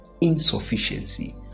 Insufficiency